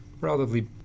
relatively